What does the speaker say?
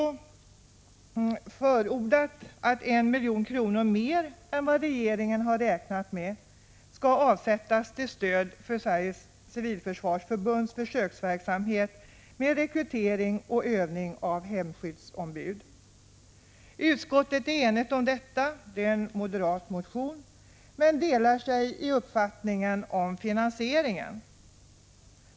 ZH förordat att 1 milj.kr. mer än vad regeringen räknat med skall avsättas till stöd för Sveriges civilförsvarsförbunds försöksverksamhet med rekrytering och övning av hemskyddsombud. Utskottet är enigt om detta — det är en moderat motion — men delar sig när det gäller finansieringen.